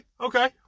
Okay